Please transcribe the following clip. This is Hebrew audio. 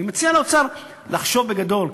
אני מציע לאוצר לחשוב בגדול,